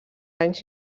anys